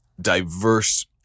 diverse